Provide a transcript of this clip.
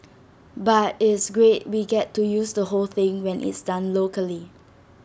but it's great we get to use the whole thing when it's done locally